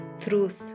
truth